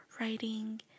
writing